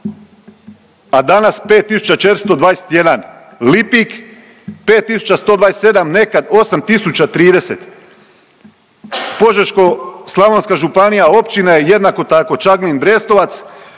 a danas 5.421. Lipik 5.127, nekad 8.030. Požeško-slavonska županija općina je jednako tako, Čagmin, Brestovac,